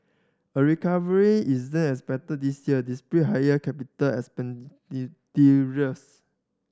a recovery isn't expected this year despite higher capital